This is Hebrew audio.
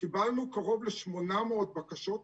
קיבלנו קרוב ל-800 בקשות,